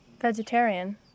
vegetarian